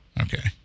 Okay